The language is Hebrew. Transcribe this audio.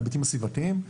ההיבטים הסביבתיים,